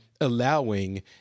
allowing